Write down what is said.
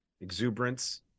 exuberance